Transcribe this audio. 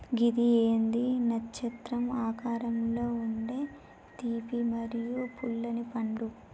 గిది ఏంది నచ్చత్రం ఆకారంలో ఉండే తీపి మరియు పుల్లనిపండు